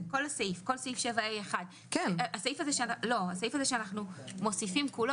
כל סעיף 7ה1. הסעיף שאנחנו מוסיפים כולו,